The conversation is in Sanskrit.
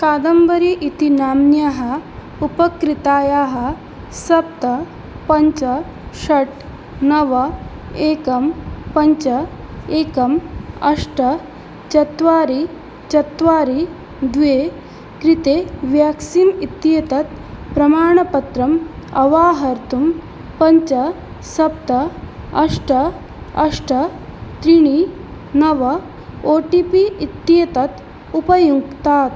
कादम्बरी इति नाम्न्याः उपकृतायाः सप्त पञ्च षट् नव एकं पञ्च एकम् अष्ट चत्वारि चत्वारि द्वे कृते व्याक्सीन् इत्येतत् प्रमाणपत्रम् अवाहर्तुं पञ्च सप्त अष्ट अष्ट त्रीणि नव ओ टि पि इत्येतत् उपयुङ्क्तात्